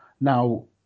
now